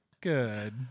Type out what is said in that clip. good